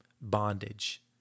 bondage